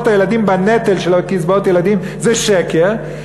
הילדים בנטל של קצבאות ילדים זה שקר,